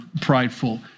prideful